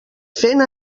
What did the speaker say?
fent